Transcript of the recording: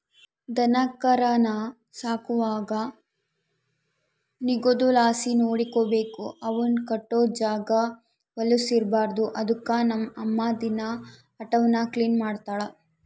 ದನಕರಾನ ಸಾಕುವಾಗ ನಿಗುದಲಾಸಿ ನೋಡಿಕಬೇಕು, ಅವುನ್ ಕಟ್ಟೋ ಜಾಗ ವಲುಸ್ ಇರ್ಬಾರ್ದು ಅದುಕ್ಕ ನಮ್ ಅಮ್ಮ ದಿನಾ ಅಟೇವ್ನ ಕ್ಲೀನ್ ಮಾಡ್ತಳ